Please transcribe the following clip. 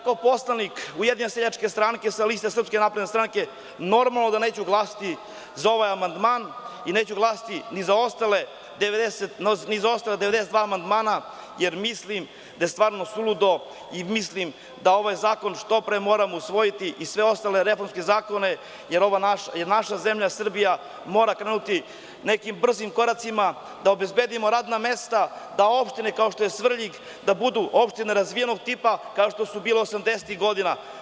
Kao poslanik Ujedinjene seljačke stranke sa liste SNS, normalno da neću glasati za ovaj amandman i neću glasati ni za ostala 92 amandmana, jer mislim da je suludo i mislim da ovaj zakon moramo što pre usvojiti i sve ostale reformske zakone, jer naša zemlja Srbija mora krenuti nekim brzim koracima da obezbedimo radna mesta, da opštine kao što je Svrljig budu opštine razvijenog tipa, kao što su bile 80-ih godina.